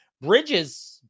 Bridges